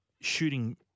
shooting